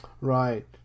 Right